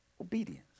obedience